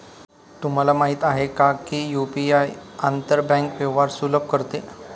तुम्हाला माहित आहे का की यु.पी.आई आंतर बँक व्यवहार सुलभ करते?